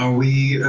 ah we,